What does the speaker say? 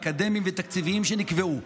אקדמיים ותקציביים שנקבעו.